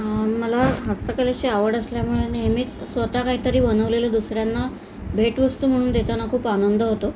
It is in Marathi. मला हस्तकलेची आवड असल्यामुळे नेहमीच स्वतः काही तरी बनवलेलं दुसऱ्यांना भेटवस्तू म्हणून देताना खूप आनंद होतो